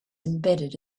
embedded